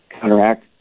counteract